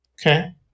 Okay